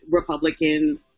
Republican